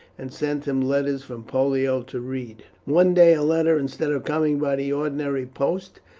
and sent him letters from pollio to read. one day a letter, instead of coming by the ordinary post,